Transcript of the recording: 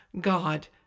God